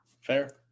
Fair